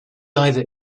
either